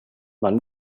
man